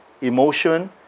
emotion